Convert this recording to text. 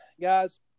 Guys